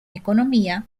economía